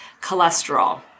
cholesterol